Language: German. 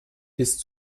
ist